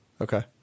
Okay